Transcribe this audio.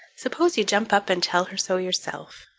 suppose you jump up and tell her so yourself,